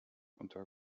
unter